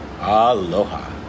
Aloha